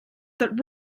that